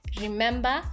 remember